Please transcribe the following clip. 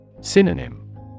Synonym